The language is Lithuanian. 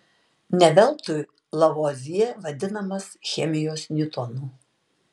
ne veltui lavuazjė vadinamas chemijos niutonu